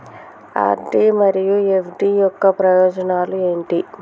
RD మరియు FD యొక్క ప్రయోజనాలు ఏంటి?